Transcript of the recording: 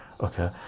okay